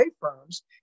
firms